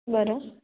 बरं